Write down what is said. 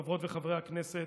חברות וחברי הכנסת,